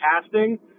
casting